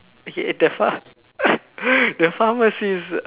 the phar the pharmacy's